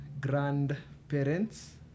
grandparents